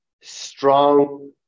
strong